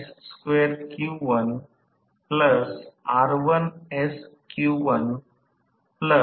म्हणजेच हे स्लिप चे मूल्य आहे ज्यासाठी हा टॉर्क iSmax imum याला ब्रेकडाउन टॉर्क म्हणतात